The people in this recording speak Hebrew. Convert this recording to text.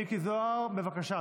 מיקי זוהר, בבקשה,